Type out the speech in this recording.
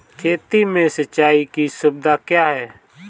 खेती में सिंचाई की सुविधा क्या है?